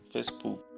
Facebook